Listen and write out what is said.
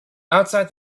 outside